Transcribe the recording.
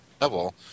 level